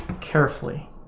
carefully